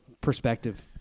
perspective